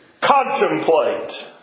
contemplate